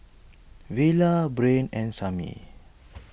Villa Brain and Samie